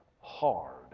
hard